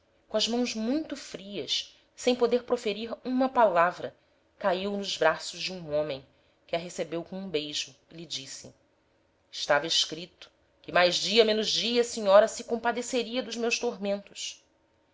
com as mãos muito frias sem poder proferir uma palavra caiu nos braços de um homem que a recebeu com um beijo e lhe disse estava escrito que mais dia menos dia a senhora se compadeceria dos meus tormentos